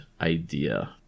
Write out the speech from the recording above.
idea